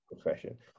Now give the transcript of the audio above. profession